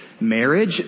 Marriage